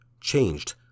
Changed